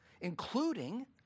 including